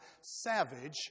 savage